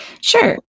sure